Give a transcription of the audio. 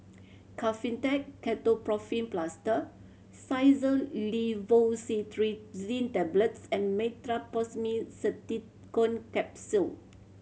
Kefentech Ketoprofen Plaster Xyzal Levocetirizine Tablets and Meteospasmyl Simeticone Capsule